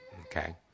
Okay